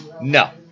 No